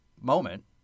moment